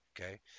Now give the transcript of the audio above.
Okay